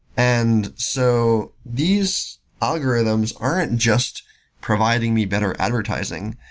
and so these algorithms aren't just providing me better advertising,